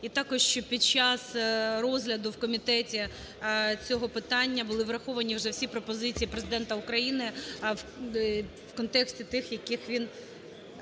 і також, що під час розгляду в комітеті цього питання були враховані вже всі пропозиції Президента України в контексті тих, які він